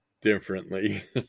differently